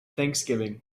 thanksgiving